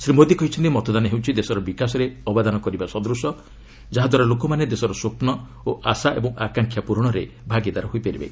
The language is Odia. ଶ୍ରୀ ମୋଦି କହିଛନ୍ତି ମତଦାନ ହେଉଛି ଦେଶର ବିକାଶରେ ଅବଦାନ କରିବା ସଦୃଶ ଯାହାଦ୍ୱାରା ଲୋକମାନେ ଦେଶର ସ୍ୱପ୍ନ ଏବଂ ଆଶା ଓ ଆକାଂକ୍ଷା ପ୍ରରଣରେ ଭାଗିଦାର ହୋଇପାରିବେ